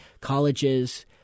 Colleges